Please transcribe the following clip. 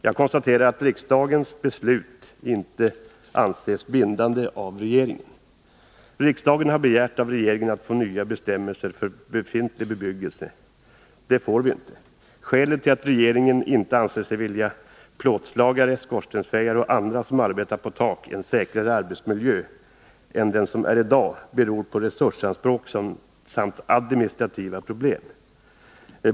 Jag konstaterar att riksdagens beslut av regeringen inte anses bindande. Riksdagen har av regeringen begärt nya bestämmelser för befintlig bebyggelse. Det får vi inte. Skälet till att regeringen inte anser sig vilja ge plåtslagare, skorstensfejare och andra som arbetar på tak en arbetsmiljö som är säkrare än den i dag sägs vara brist på resurser samt administrativa problem.